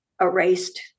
erased